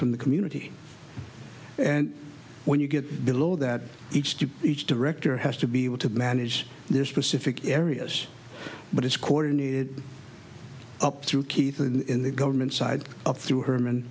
from the community and when you get below that each to each director has to be able to manage their specific areas but it's coordinated up through keith and in the government side up through herman